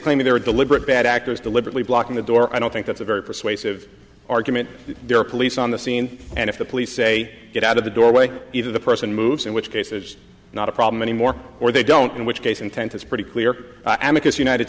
claiming there are deliberate bad actors deliberately blocking the door i don't think that's a very persuasive argument there are police on the scene and if the police say get out of the doorway either the person moves in which case is not a problem anymore or they don't in which case intent is pretty clear